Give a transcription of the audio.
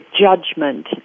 judgment